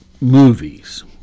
movies